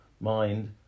mind